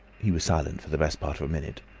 he was silent for the best part of a minute.